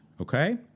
okay